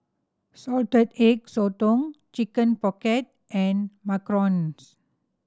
Salted Egg Sotong Chicken Pocket and macarons